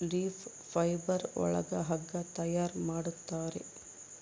leaf fibre ಒಳಗ ಹಗ್ಗ ತಯಾರ್ ಮಾಡುತ್ತಾರೆ